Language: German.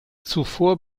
zuvor